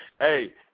Hey